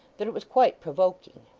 that it was quite provoking.